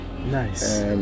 Nice